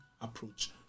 approach